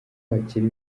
wakira